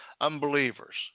unbelievers